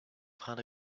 part